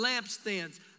lampstands